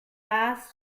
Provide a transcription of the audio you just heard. bass